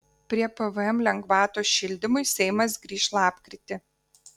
prie pvm lengvatos šildymui seimas grįš lapkritį